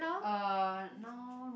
uh now